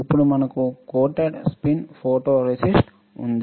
ఇప్పుడు మనకు spin coated photoresist ఉంది